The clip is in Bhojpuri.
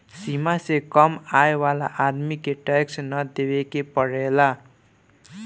सीमा से कम आय वाला आदमी के टैक्स ना देवेके पड़ेला